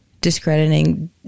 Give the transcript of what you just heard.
discrediting